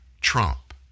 Trump